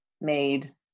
made